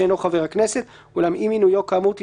תתפנה משרתו ויבוא במקומו המועמד כאמור בסעיף